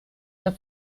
der